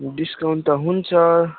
discount त हुन्छ